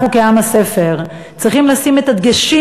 אנחנו כעם הספר צריכים לשים את הדגשים